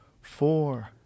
four